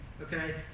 Okay